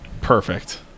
Perfect